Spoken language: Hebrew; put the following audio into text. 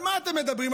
על מה אתם מדברים?